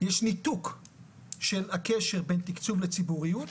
יש ניתוק של הקשר בין תקצוב לציבוריות,